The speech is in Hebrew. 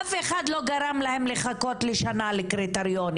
אף אחד לא גרם להם לחכות לשנה לקריטריונים,